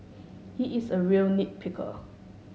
he is a real nit picker